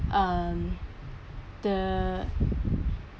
um the